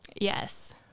Yes